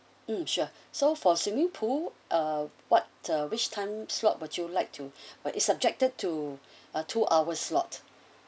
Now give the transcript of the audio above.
um sure so for swimming pool uh what uh which time slot would you like to but is subjected to uh two hour slot